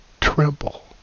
tremble